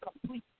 complete